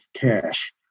cash